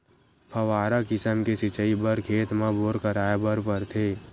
फव्हारा किसम के सिचई बर खेत म बोर कराए बर परथे